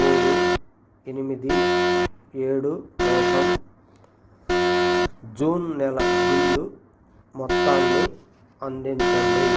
మూడు ఎనిమిది ఏడు కోసం జూన్ నెల బిల్లు మొత్తాన్ని అందించండి